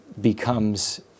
becomes